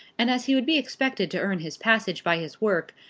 and as he would be expected to earn his passage by his work,